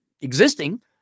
existing